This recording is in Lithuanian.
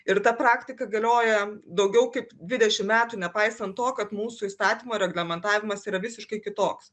ir ta praktika galioja daugiau kaip dvidešim metų nepaisant to kad mūsų įstatymo reglamentavimas yra visiškai kitoks